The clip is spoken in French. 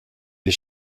les